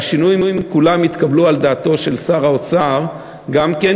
והשינויים כולם התקבלו על דעתו של שר האוצר גם כן,